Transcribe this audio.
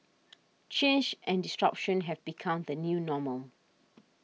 change and disruption have become the new normal